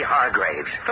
Hargraves